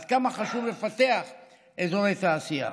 עד כמה חשוב לפתח אזורי תעשייה.